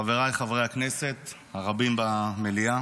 חבריי חברי הכנסת הרבים במליאה,